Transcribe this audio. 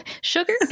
sugar